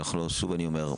שוב אני אומר: